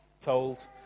told